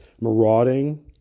marauding